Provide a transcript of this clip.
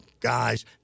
Guys